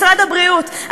משרד הבריאות,